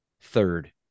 third